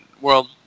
World